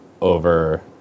over